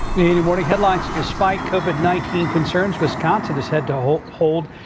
morning headlines despite covid nineteen concerns, wisconsin this had to hold hold.